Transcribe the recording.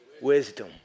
Wisdom